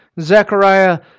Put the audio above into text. Zechariah